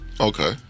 okay